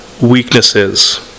weaknesses